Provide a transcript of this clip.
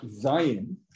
Zion